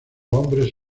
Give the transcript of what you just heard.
hombres